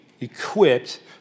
equipped